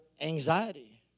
anxiety